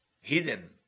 Hidden